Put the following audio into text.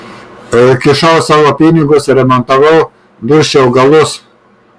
kišau savo pinigus remontavau dursčiau galus